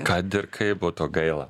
kad ir kaip būtų gaila